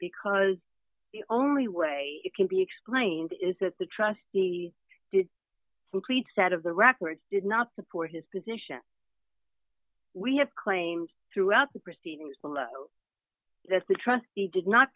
because the only way it can be explained is that the trustee did to create a set of the records did not support his position we have claimed throughout the proceedings below that the trustee did not